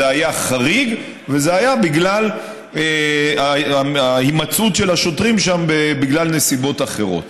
זה היה חריג וזה היה בגלל ההימצאות של השוטרים שם בנסיבות אחרות.